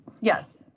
Yes